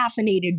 caffeinated